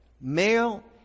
Male